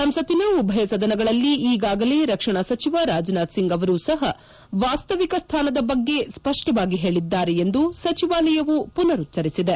ಸಂಸತ್ತಿನ ಉಭಯ ಸದನಗಳಲ್ಲಿ ಈಗಾಗಲೇ ರಕ್ಷಣಾ ಸಚಿವ ರಾಜನಾಥ್ ಸಿಂಗ್ ಅವರೂ ಸಹ ವಾಸ್ತವಿಕ ಸ್ಥಾನದ ಬಗ್ಗೆ ಸ್ಪಷ್ಟವಾಗಿ ಹೇಳಿದ್ದಾರೆ ಎಂದು ಸಚಿವಾಲಯವು ಪುನರುಚ್ಚರಿಸಿದೆ